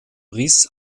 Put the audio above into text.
risse